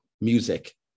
music